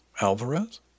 Alvarez